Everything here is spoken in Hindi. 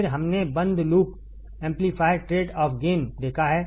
फिर हमने बंद loop amplifier trade off gain देखा है